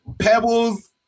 pebbles